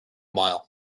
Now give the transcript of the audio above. mile